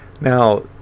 Now